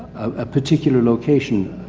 a particular location,